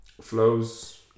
Flows